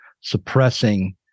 suppressing